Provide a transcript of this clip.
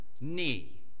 knee